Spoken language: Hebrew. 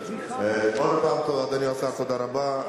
עוד הפעם, אדוני השר, תודה רבה.